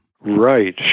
Right